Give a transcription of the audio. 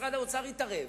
כשמשרד האוצר התערב